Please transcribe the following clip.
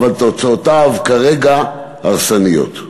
אבל תוצאותיו כרגע הרסניות.